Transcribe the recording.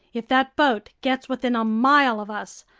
if that boat gets within a mile of us,